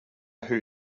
who